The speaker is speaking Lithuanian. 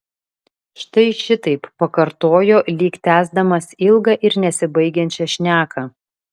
štai šitaip pakartojo lyg tęsdamas ilgą ir nesibaigiančią šneką